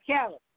Kelly